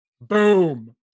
Boom